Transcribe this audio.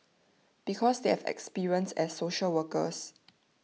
because they have experience as social workers